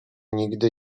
nigdy